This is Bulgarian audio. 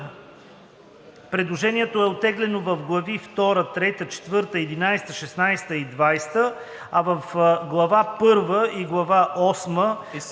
Предложението е оттеглено в глави 2, 3, 4, 11, 16 и 20, а в глава 1 и глава 7 и 8